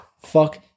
Fuck